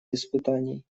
испытаний